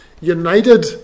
united